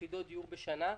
יחידות דיור בשנה.